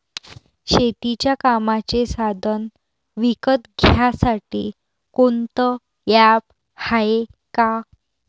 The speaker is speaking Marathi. शेतीच्या कामाचे साधनं विकत घ्यासाठी कोनतं ॲप हाये का?